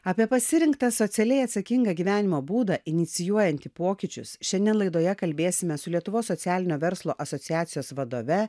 apie pasirinktą socialiai atsakingą gyvenimo būdą inicijuojantį pokyčius šiandien laidoje kalbėsime su lietuvos socialinio verslo asociacijos vadove